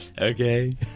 Okay